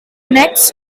next